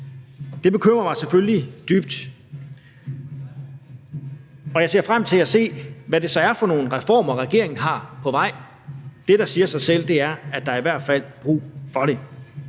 Det bekymrer mig selvfølgelig dybt. Jeg ser frem til at se, hvad det så er for nogle reformer, regeringen har på vej. Det, der siger sig selv, er, at der i hvert fald er brug for det.